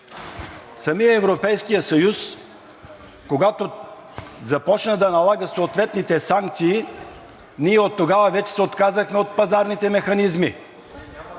Самият Европейски съюз, когато започна да налага съответните санкции, ние оттогава се отказахме от пазарните механизми